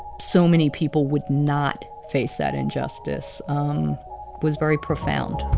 so many people would not face that injustice um was very profound